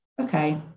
okay